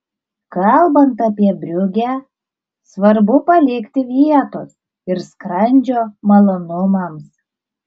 kalbant apie briugę svarbu palikti vietos ir skrandžio malonumams